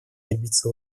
добиться